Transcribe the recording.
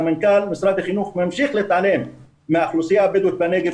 שמנכ"ל משרד החינוך ממשיך להתעלם מהאוכלוסייה הבדואית בנגב.